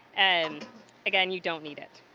and again, you don't need it,